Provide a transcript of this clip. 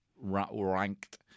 ranked